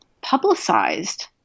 publicized